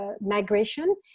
migration